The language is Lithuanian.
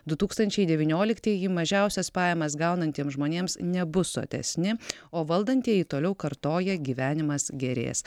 du tūkstančiai devynioliktieji mažiausias pajamas gaunantiems žmonėms nebus sotesni o valdantieji toliau kartoja gyvenimas gerės